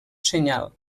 senyal